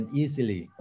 easily